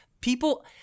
People